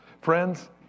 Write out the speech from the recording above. Friends